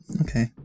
okay